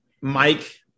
Mike